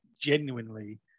genuinely